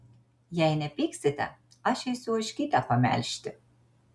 jei nepyksite aš eisiu ožkytę pamelžti